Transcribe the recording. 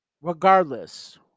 Regardless